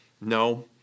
No